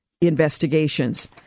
investigations